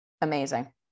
amazing